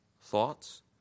thoughts